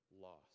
lost